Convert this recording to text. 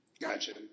Gotcha